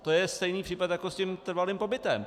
To je stejný případ jako s tím trvalým pobytem.